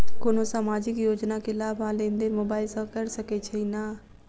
कोनो सामाजिक योजना केँ लाभ आ लेनदेन मोबाइल सँ कैर सकै छिःना?